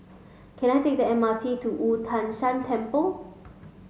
can I take the M R T to Wu Tai Shan Temple